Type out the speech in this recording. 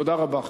תודה רבה.